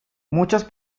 muchas